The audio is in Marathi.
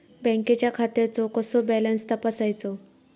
बँकेच्या खात्याचो कसो बॅलन्स तपासायचो?